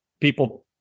people